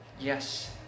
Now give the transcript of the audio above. Yes